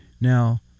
now